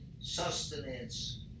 sustenance